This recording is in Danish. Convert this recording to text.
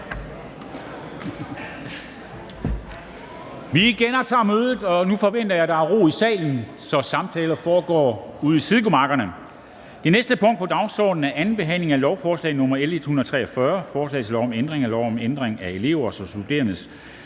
forhandlingerne, og nu forventer jeg, at der er ro i salen. Samtaler foregår ude i sidegemakkerne. --- Det næste punkt på dagsordenen er: 8) 2. behandling af lovforslag nr. L 143: Forslag til lov om ændring af lov om ændring af lov om elevers og studerendes